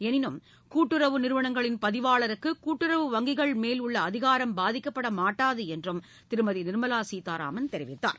எளினும் கூட்டுறவு நிறுவனங்களின் பதிவாளருக்கு கூட்டுறவு வங்கிகள் மேல் உள்ள அதிகாரம் பாதிக்கப்படமாட்டாது என்றும் திருமதி நிர்மலா சீதாராமன் தெரிவித்தார்